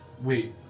Wait